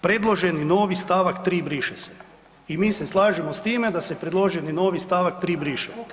Predloženi novi stavak 3. briše se.“ I mi se slažemo s time da se predloženi novi stavak briše.